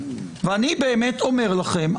ואני באמת אומר לכם,